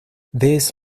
this